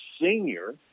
senior